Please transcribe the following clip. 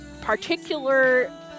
particular